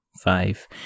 Five